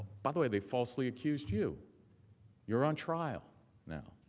by the way, they falsely accused you you were on trial now.